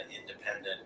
independent